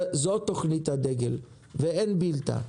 זו תכנית הדגל ואין בילתה.